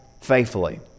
faithfully